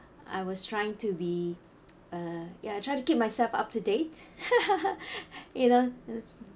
I was trying to be uh ya I try to keep myself up to date you know